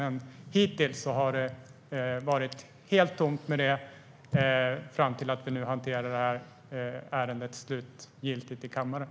Men hittills har det varit helt tomt på sådant fram till att vi nu slutgiltigt hanterar ärendet i kammaren.